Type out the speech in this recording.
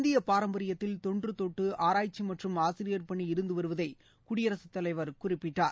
இந்திய பாரம்பரியத்தில் தொன்றுதொட்டு ஆராய்ச்சி மற்றும் ஆசிரியர் பணி இருந்து வருவதை குடியரசுத் தலைவர் குறிப்பிட்டார்